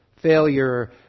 failure